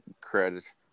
credit